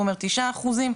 הוא אומר תשעה אחוזים,